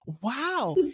wow